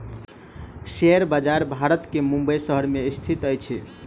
share बजार भारत के मुंबई शहर में स्थित अछि